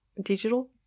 digital